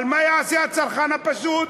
אבל מה יעשה הצרכן הפשוט?